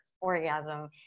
orgasm